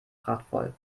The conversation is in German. prachtvoll